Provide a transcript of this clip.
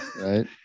Right